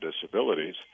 disabilities